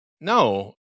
No